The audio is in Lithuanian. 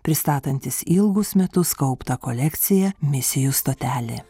pristatantis ilgus metus kauptą kolekciją misijų stotelė